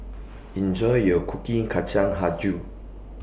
Enjoy your cooking Kacang Hijau